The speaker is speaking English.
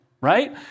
right